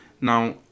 Now